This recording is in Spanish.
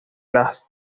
las